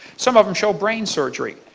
some of them show brain surgery.